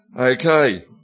Okay